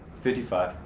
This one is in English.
fifty five